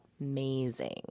amazing